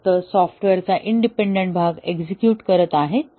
त्या फक्त सॉफ्टवेअरचा इंडिपेंडंट भाग एक्झेक्युट करत आहेत